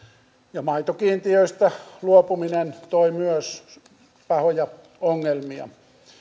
myös maitokiintiöistä luopuminen toi pahoja ongelmia